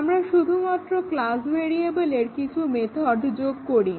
আমরা শুধুমাত্র ক্লাস ভেরিয়েবেলের কিছু মেথড যোগ করি